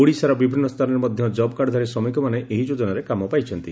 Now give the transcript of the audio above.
ଓଡ଼ିଶାର ବିଭିନ୍ନ ସ୍ଥାନରେ ମଧ ଜବକାର୍ଡଧାରୀ ଶ୍ରମିକମାନେ ଏହି ଯୋଜନାରେ କାମ ପାଇଛନ୍ତି